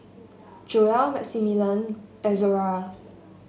Joell Maximilian Izora